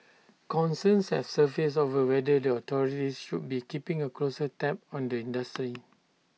concerns have surfaced over whether the authorities should be keeping A closer tab on the industry